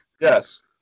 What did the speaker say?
Yes